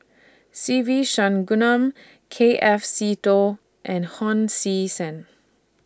Se Ve K F Seetoh and Hon Sui Sen